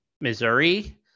Missouri